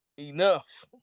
enough